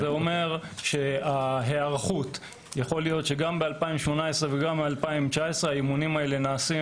יכול להיות שגם ב-2018 וגם ב-2019 האימונים האלה נעשים